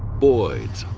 boyds